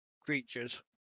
creatures